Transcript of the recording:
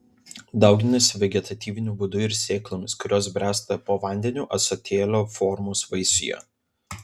dauginasi vegetatyviniu būdu ir sėklomis kurios bręsta po vandeniu ąsotėlio formos vaisiuje